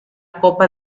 copa